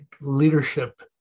leadership